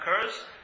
occurs